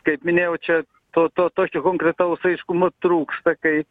kaip minėjau čia to to tokio konkretaus aiškumo trūksta kai